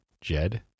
jed